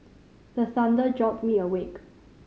the thunder jolt me awake